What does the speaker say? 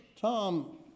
Tom